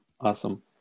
Awesome